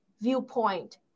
viewpoint